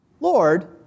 Lord